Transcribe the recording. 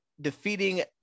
defeating